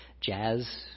jazz